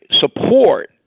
support